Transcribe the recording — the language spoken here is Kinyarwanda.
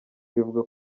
bivugwa